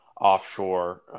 offshore